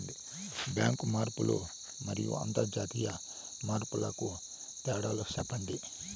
Bank మార్పులు మరియు అంతర్జాతీయ మార్పుల కు తేడాలు సెప్పండి?